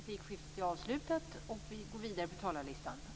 Fru talman! Diskriminering är en mycket svår företeelse.